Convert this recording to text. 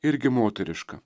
irgi moteriška